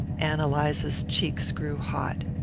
ann eliza's cheeks grew hot.